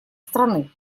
страны